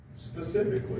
Specifically